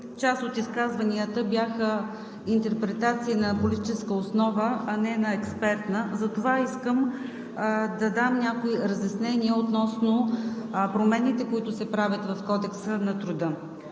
част от изказванията бяха интерпретация на политическа основа, а не на експертна. Затова искам да дам някои разяснения относно промените, които се правят в Кодекса на труда.